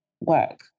work